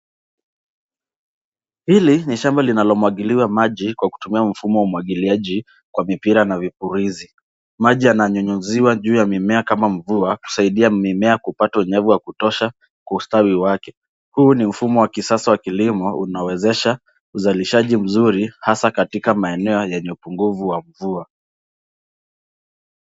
Hili ni shamba linalomwagiliwa maji kwa kutumia mfumo wa umwagiliaji wa mipira na vipulizi. Maji yananyunyiziwa juu ya mimea kama mvua kusaidia mimea kupata unyevu wa kutosha kwa ustawi wake. Huu ni mfumo wa kisasa wa kilimo unaowezesha uzalishaji mzuri hasa katika maeneo yenye upungufu wa mvua.